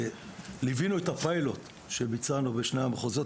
ליווינו את הפיילוט שביצענו בשני המחוזות,